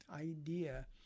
idea